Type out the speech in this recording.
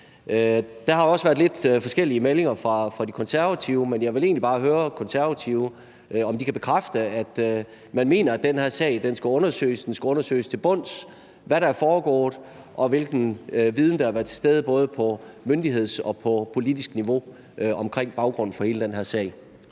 Der har også været lidt forskellige meldinger fra De Konservative, men jeg vil egentlig bare høre Konservative, om de kan bekræfte, at man mener, den her sag skal undersøges, at det skal undersøges til bunds, hvad der er foregået, og hvilken viden der har været til stede både på myndighedsniveau og på politisk niveau om baggrunden for hele den her sag.